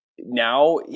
now